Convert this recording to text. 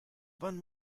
wann